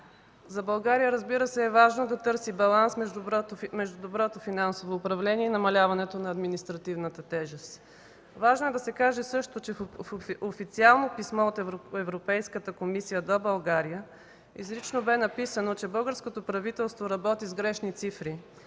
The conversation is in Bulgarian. За България, разбира се, е важно да търси баланс между доброто финансово управление и намаляването на административната тежест. Важно е да се каже също, че в официално писмо от Европейската комисия до България, изрично бе написано, че българското правителство работи с грешни цифри